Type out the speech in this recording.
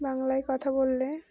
বাংলায় কথা বললে